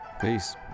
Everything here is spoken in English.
Peace